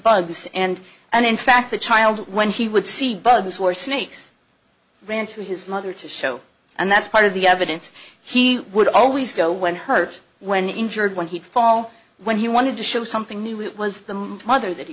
bugs and and in fact the child when he would see bugs or snakes ran to his mother to show and that's part of the evidence he would always go when hurt when injured when he'd follow when he wanted to show something new it was the mother that he